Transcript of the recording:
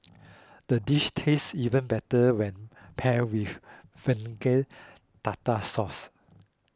the dish tastes even better when paired with Vegan Tartar Sauce